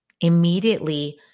Immediately